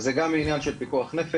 אז זה גם ענין של פיקוח נפש,